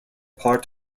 part